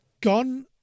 gone